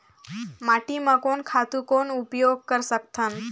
माटी म कोन खातु कौन उपयोग कर सकथन?